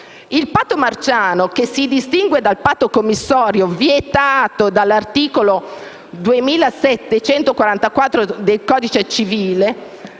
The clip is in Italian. Il patto marciano, che si distingue dal patto commissorio, vietato dall'articolo 2744 del codice civile,